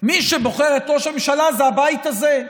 מי שבוחר את ראש הממשלה זה הבית הזה,